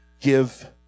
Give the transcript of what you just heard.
Give